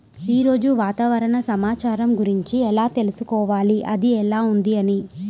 ఈరోజు వాతావరణ సమాచారం గురించి ఎలా తెలుసుకోవాలి అది ఎలా ఉంది అని?